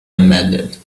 embedded